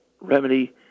remedy